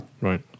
Right